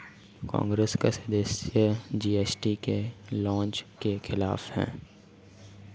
कांग्रेस के सदस्य जी.एस.टी के लॉन्च के खिलाफ थे